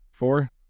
four